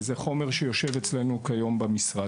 זהו חומר שיושב אצלנו כיום במשרד.